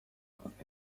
yanditse